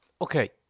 okay